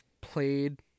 played